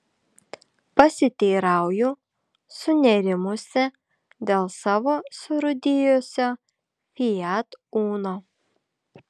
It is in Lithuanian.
pasiteirauju sunerimusi dėl savo surūdijusio fiat uno